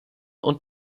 und